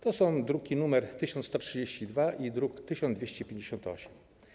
To są druki nr 1132 i 1258.